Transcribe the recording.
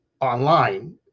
online